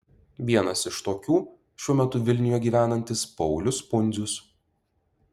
vienas iš tokių šiuo metu vilniuje gyvenantis paulius pundzius